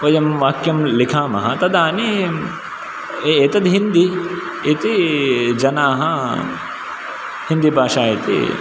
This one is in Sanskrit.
वयं वाक्यं लिखामः तदानिम् ए एतद् हिन्दी इति जनाः हिन्दी भाषा इति